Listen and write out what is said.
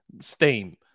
Steam